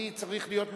אני צריך להיות מוכן.